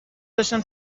داشتم